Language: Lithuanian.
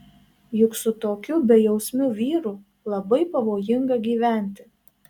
juk su tokiu bejausmiu vyru labai pavojinga gyventi